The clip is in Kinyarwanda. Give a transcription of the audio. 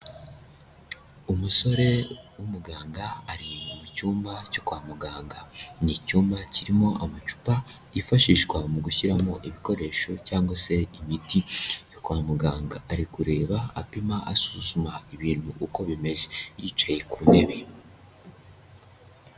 Umusore w'umuganga ari mu cyumba cyo kwa muganga. Ni icyumba kirimo amacupa yifashishwa mu gushyiramo ibikoresho cyangwa se imiti yo kwa muganga, ari kureba apima asuzuma ibintu uko bimeze, yicaye ku ntebe.